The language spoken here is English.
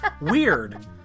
weird